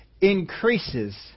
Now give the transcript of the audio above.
increases